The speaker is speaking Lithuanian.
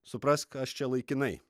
suprask aš čia laikinai